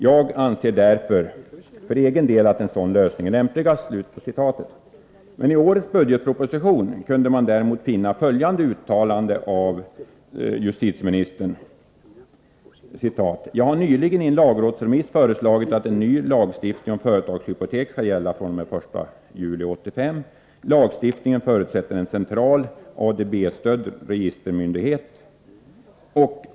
Jag anser därför för egen del att en sådan lösning är den lämpligaste.” IT årets budgetproposition kunde man däremot finna följande uttalande av justitieministern: ”Jag har nyligen i en lagrådsremiss föreslagit att en ny lagstiftning om företagshypotek skall gälla fr.o.m. den 1 juli 1985. Lagstiftningen förutsätter att en central, ADB-stödd registermyndighet inrättas.